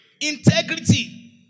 Integrity